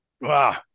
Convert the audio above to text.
Wow